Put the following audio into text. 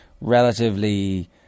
relatively